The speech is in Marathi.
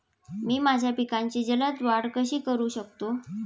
मी माझ्या पिकांची जलद वाढ कशी करू शकतो?